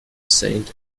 saint